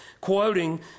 quoting